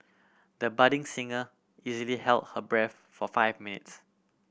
the budding singer easily held her breath for five minutes